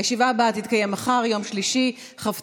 הישיבה הבאה תתקיים מחר, יום שלישי,